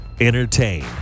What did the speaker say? Entertain